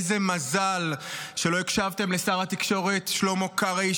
איזה מזל שלא הקשבתם לשר התקשורת שלמה קרעי,